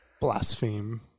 Blaspheme